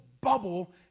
bubble